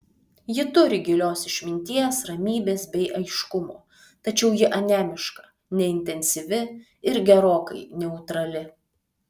ji turi gilios išminties ramybės bei aiškumo tačiau ji anemiška neintensyvi ir gerokai neutrali